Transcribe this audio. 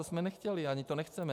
To jsme nechtěli, ani to nechceme.